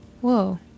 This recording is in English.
Whoa